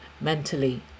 mentally